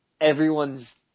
Everyone's